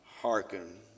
hearken